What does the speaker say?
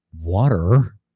water